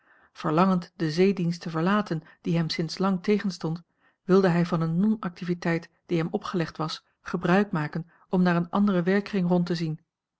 verlangend den zeedienst te verlaten die hem sinds lang tegenstond wilde hij van eene nonactiviteit die hem opgelegd was gebruik maken om naar een anderen werkkring rond te zien